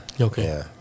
Okay